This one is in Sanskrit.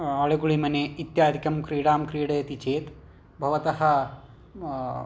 अळुगुळिमने इत्यादिकं क्रीडां क्रीडयति चेत् भवतः